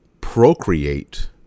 procreate